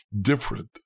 different